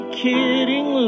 kidding